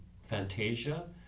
Fantasia